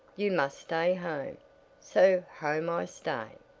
you must stay home so home i stay.